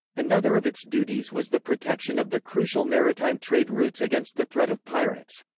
another of its duties was the protection of the crucial maritime trade routes against the threat of pirates.